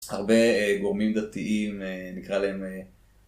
הרבה גורמים דתיים, נקרא להם...